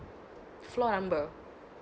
floor number